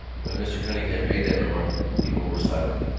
when mr. cunningham made that remark, people were silent.